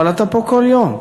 אבל אתה פה כל יום.